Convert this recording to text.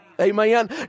Amen